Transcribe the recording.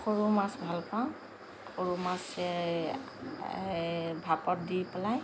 সৰু মাছ ভাল পাওঁ সৰু মাছে ভাপত দি পেলাই